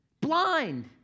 Blind